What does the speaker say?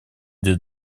для